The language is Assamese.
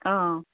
অঁ